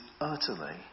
utterly